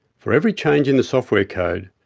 for every change in the software code,